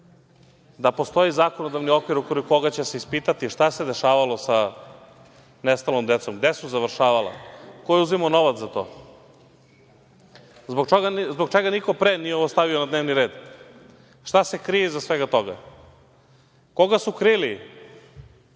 da postoji zakonodavni okvir u okviru koga će se ispitati šta se dešavalo sa nestalom decom, gde su završavala, ko je uzimao novac za to. Zbog čega niko pre nije ovo stavio na dnevni red? Šta se krije iza svega toga? Koga su krili